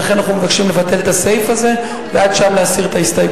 ולכן אנחנו מבקשים להסיר את הסעיף הזה,